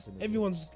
everyone's